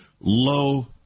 low